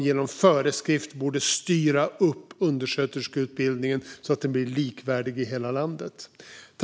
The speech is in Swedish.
Genom föreskrift borde man styra upp undersköterskeutbildningen så att den blir likvärdig i hela landet.